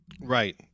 Right